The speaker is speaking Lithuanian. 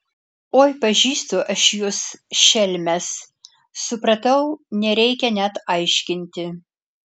oi pažįstu aš jus šelmes supratau nereikia net aiškinti